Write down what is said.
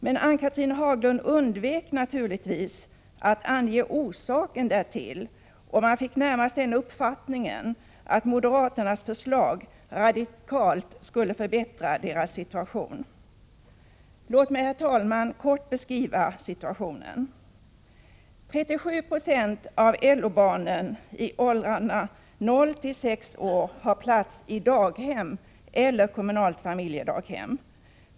Men Ann-Cathrine Haglund undvek naturligtvis att ange orsaken därtill, och man fick närmast uppfattningen att moderaternas förslag radikalt skulle förbättra LO-gruppernas situation. Låt mig, herr talman, kort beskriva situationen. 37 Jo av LO-barnen i åldrarna 0-6 år har plats i daghem eller i kommunalt familjedaghem.